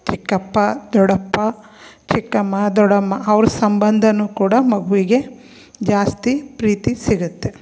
ಚಿಕ್ಕಪ್ಪ ದೊಡ್ಡಪ್ಪ ಚಿಕ್ಕಮ್ಮ ದೊಡ್ಡಮ್ಮ ಅವ್ರ ಸಂಬಂಧನೂ ಕೂಡ ಮಗುವಿಗೆ ಜಾಸ್ತಿ ಪ್ರೀತಿ ಸಿಗುತ್ತೆ